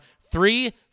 three